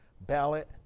ballot